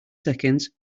seconds